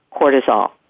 cortisol